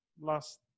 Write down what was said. Last